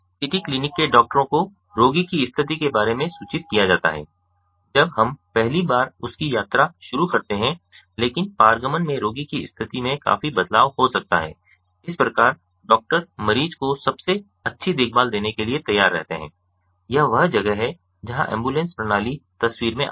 city clinic के डॉक्टरों को रोगी की स्थिति के बारे में सूचित किया जाता है जब हम पहली बार उसकी यात्रा शुरू करते हैं लेकिन पारगमन में रोगी की स्थिति में काफी बदलाव हो सकता है इस प्रकार डॉक्टर मरीज को सबसे अच्छी देखभाल देने के लिए तैयार रहते हैं यह वह जगह है जहाँ एम्बुलेंस प्रणाली तस्वीर में आती है